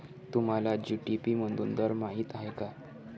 तुम्हाला जी.डी.पी मधून दर माहित आहे का?